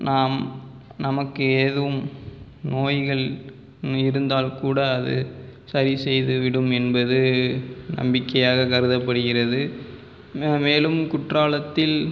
நாம் நமக்கு எதுவும் நோய்கள் இருந்தால் கூட அது சரி செய்து விடும் என்பது நம்பிக்கையாக கருதப்படுகிறது மேலும் குற்றாலத்தில்